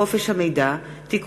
הצעת חוק חופש המידע (תיקון,